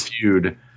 feud